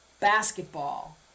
basketball